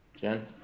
Jen